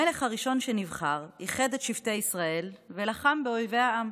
המלך הראשון שנבחר איחד את שבטי ישראל ולחם באויבי העם.